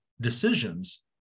decisions